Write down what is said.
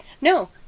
No